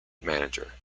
manager